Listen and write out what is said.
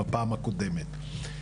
בפעם הקודמת.